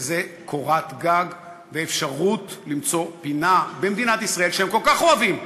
וזה קורת גג ואפשרות למצוא פינה במדינת ישראל שהם כל כך אוהבים,